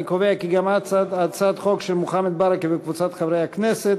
אני קובע כי גם הצעת החוק של מוחמד ברכה וקבוצת חברי הכנסת